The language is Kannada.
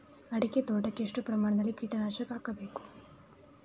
ಅಡಿಕೆ ತೋಟಕ್ಕೆ ಎಷ್ಟು ಪ್ರಮಾಣದಲ್ಲಿ ಕೀಟನಾಶಕ ಹಾಕಬೇಕು?